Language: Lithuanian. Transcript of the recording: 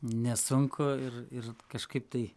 nesunku ir ir kažkaip tai